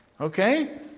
okay